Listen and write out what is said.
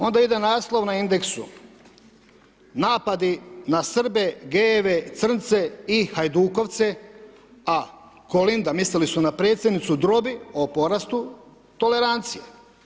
Onda ide naslov na Indexu: „Napadi na Srbe, gayeve, crnce i hajdukovce, a Kolinda – mislili su na predsjednicu – drobi o porastu tolerancije“